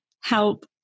help